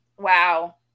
Wow